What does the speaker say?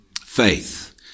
Faith